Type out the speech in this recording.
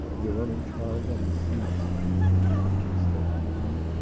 we are running trials on the seeds. a mr guy?